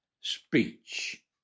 speech